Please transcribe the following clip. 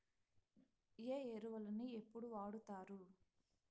ఏ ఎరువులని ఎప్పుడు వాడుతారు?